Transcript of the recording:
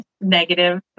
negative